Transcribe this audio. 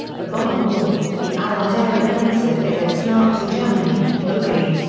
the bomber war the allied air offensive against nazi germany overy.